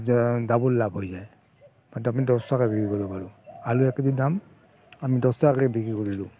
double লাভ হৈ যায় বা আমি দহ টকাত বিক্ৰী কৰিব পাৰোঁ আলু এক কেজিৰ দাম আমি দহ টকা কৰি বিক্ৰী কৰিলোঁ